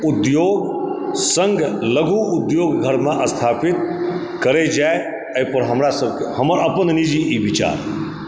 उद्योग सङ्ग लघु उद्योग घरमे स्थापित करै जाइ एहिपर हमरासबकेँ हमर अपन निजी ई विचार अछि